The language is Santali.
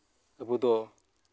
ᱟᱵᱚ ᱫᱚ